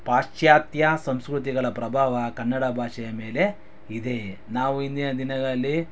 ಪಾಶ್ಚಾತ್ಯ ಸಂಸ್ಕೃತಿಗಳ ಪ್ರಭಾವ ಕನ್ನಡ ಭಾಷೆಯ ಮೇಲೆ ಇದೆ ನಾವು ಇಂದಿನ ದಿನಗಳಲ್ಲಿ